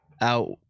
out